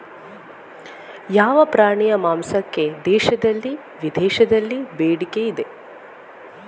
ಯಾವ ಪ್ರಾಣಿಯ ಮಾಂಸಕ್ಕೆ ದೇಶದಲ್ಲಿ ವಿದೇಶದಲ್ಲಿ ಬೇಡಿಕೆ ಇದೆ?